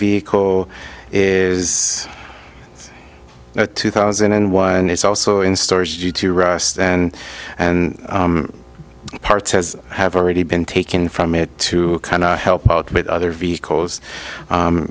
vehicle is a two thousand and one is also in stores you to rust and and parts as have already been taken from it to help out with other vehicles